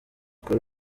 kuri